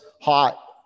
hot